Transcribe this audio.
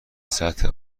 سطح